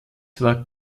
war